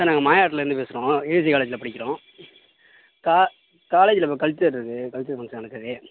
sir நாங்கள் மாயவரத்துலருந்து பேசுகிறோம் ஏவிஜி காலேஜில் படிக்கிறோம் கா காலேஜில் இப்போ கல்ச்சர் இருக்கு கல்ச்சர் ஃபங்க்ஷன் நடக்குது